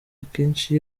akenshi